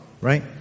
right